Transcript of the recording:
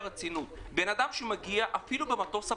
אדם שמגיע אפילו במטוס הפרטי,